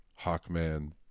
Hawkman